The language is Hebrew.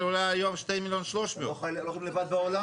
עולה היום 2,300,000. אתם לא חיים לבד בעולם הזה.